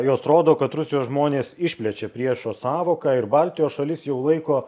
jos rodo kad rusijos žmonės išplečia priešo sąvoką ir baltijos šalis jau laiko